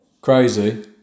crazy